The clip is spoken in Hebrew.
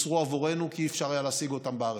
הם יוצרו עבורנו כי לא היה אפשר להשיג אותם בארץ.